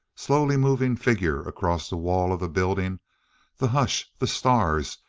slowly moving figure across the wall of the building the hush, the stars,